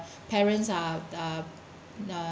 parents uh uh uh